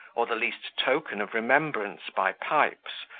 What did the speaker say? or the least token of remembrance by pipes,